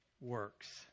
works